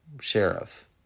Sheriff